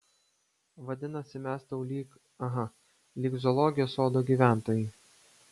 vadinasi mes tau lyg aha lyg zoologijos sodo gyventojai